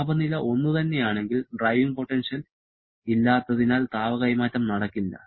താപനില ഒന്നുതന്നെയാണെങ്കിൽ driving potential ഇല്ലാത്തതിനാൽ താപ കൈമാറ്റം ഉണ്ടാകില്ല